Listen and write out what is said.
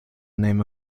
name